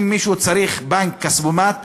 ואם מישהו צריך בנק או כספומט,